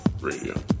Radio